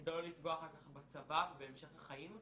כדי לא לפגוע אחר כך בצבא ובהמשך החיים.